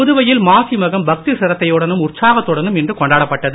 புதுவையில் மாசி மகம் பக்தி சிரத்தையுடனும் உற்சாகத்துடனும் இன்று கொண்டாடப்பட்டது